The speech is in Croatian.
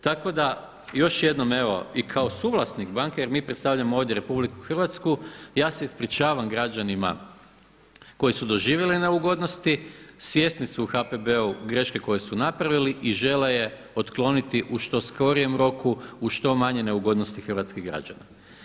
Tako da još jednom evo i kao suvlasnik banke, jer mi predstavljamo ovdje RH, ja se ispričavam građanima koji su doživjeli neugodnosti, svjesni su u HPB-u greške koje su napravili i žele je otkloniti u što skorijem roku, uz što manje neugodnosti hrvatskih građana.